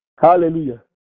Hallelujah